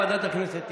ועדת הכנסת תקבע.